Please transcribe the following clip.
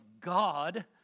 God